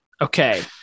okay